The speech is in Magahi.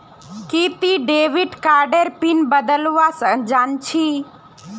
कि ती डेविड कार्डेर पिन बदलवा जानछी